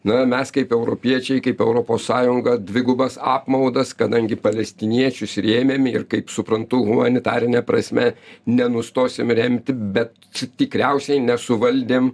na mes kaip europiečiai kaip europos sąjunga dvigubas apmaudas kadangi palestiniečius rėmėm ir kaip suprantu humanitarine prasme nenustosim remti bet t tikriausiai nesuvaldėm